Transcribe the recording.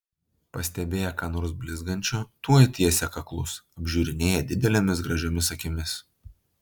pastebėję ką nors blizgančio tuoj tiesia kaklus apžiūrinėja didelėmis gražiomis akimis